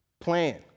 plan